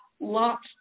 lots